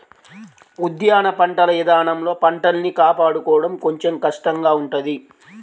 ఉద్యాన పంటల ఇదానంలో పంటల్ని కాపాడుకోడం కొంచెం కష్టంగా ఉంటది